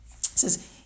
says